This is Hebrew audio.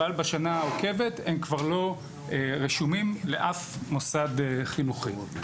אבל בשנה העוקבת הם כבר לא רשומים לאף מוסד חינוכי.